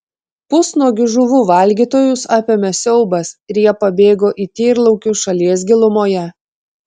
pusnuogius žuvų valgytojus apėmė siaubas ir jie pabėgo į tyrlaukius šalies gilumoje